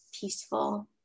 peaceful